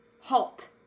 halt